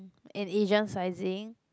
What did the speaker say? an Asian sizing